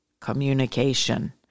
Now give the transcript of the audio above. Communication